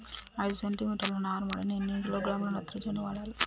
ఐదు సెంటిమీటర్ల నారుమడికి ఎన్ని కిలోగ్రాముల నత్రజని వాడాలి?